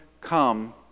come